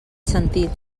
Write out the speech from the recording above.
sentit